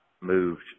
moved